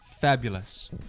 Fabulous